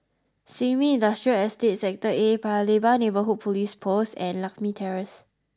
Sin Ming Industrial Estate Sector A Paya Lebar Neighbourhood Police Post and Lakme Terrace